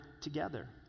together